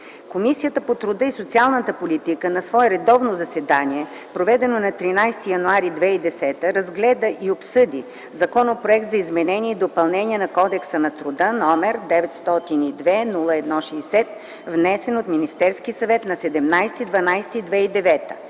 Комисията по труда и социалната политика на свое редовно заседание, проведено на 13.01.2010 г., разгледа и обсъди Законопроект за изменение и допълнение на Кодекса на труда, № 902-01-60, внесен от Министерския съвет на 17.12.2009